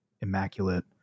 immaculate